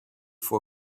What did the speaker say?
for